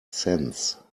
sense